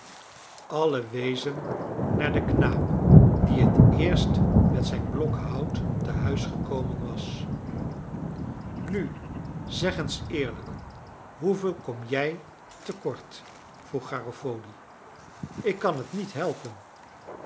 allen wezen naar den knaap die het eerst met zijn blok hout tehuis gekomen was nu zeg eens eerlijk hoeveel kom jij te kort vroeg garofoli ik kan het niet helpen